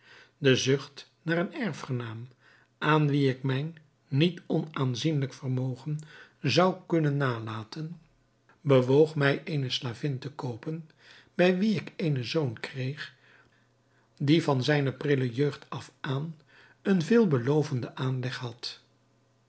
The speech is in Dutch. de zucht naar een erfgenaam aan wien ik mijn niet onaanzienlijk vermogen zou kunnen nalaten bewoog mij eene slavin te koopen bij wie ik eenen zoon kreeg die van zijne prille jeugd af aan een veel belovenden aanleg had